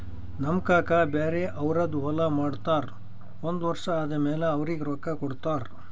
ನಮ್ ಕಾಕಾ ಬ್ಯಾರೆ ಅವ್ರದ್ ಹೊಲಾ ಮಾಡ್ತಾರ್ ಒಂದ್ ವರ್ಷ ಆದಮ್ಯಾಲ ಅವ್ರಿಗ ರೊಕ್ಕಾ ಕೊಡ್ತಾರ್